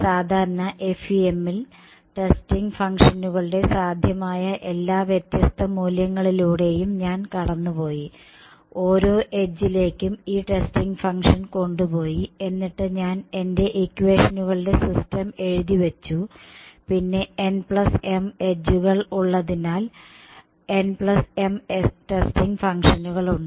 സാധാരണ FEMൽ ടെസ്റ്റിംഗ് ഫങ്ക്ഷനുകളുടെ സാധ്യമായ എല്ലാ വ്യത്യസ്ത മൂല്യങ്ങളിലൂടെയും ഞാൻ കടന്നു പോയി ഓരോ എഡ്ജിലേക്കും ഈ ടെസ്റ്റിംഗ് ഫങ്ക്ഷൻ കൊണ്ടുപോയി എന്നിട്ട് ഞാൻ എന്റെ ഇക്വേഷനുകളുടെ സിസ്റ്റം എഴുതിവെച്ചു പിന്നെ nm എഡ്ജുകൾ ഉള്ളതിനാൽ nm ടെസ്റ്റിംഗ് ഫങ്ക്ഷനുകളുണ്ട്